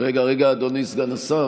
רגע רגע, אדוני סגן השר.